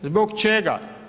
Zbog čega?